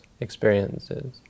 experiences